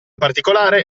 particolare